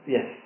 Yes